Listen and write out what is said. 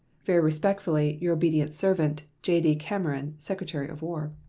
very respectfully, your obedient servant, j d. cameron, secretary of war.